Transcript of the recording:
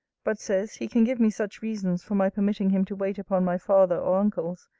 but says, he can give me such reasons for my permitting him to wait upon my father or uncles,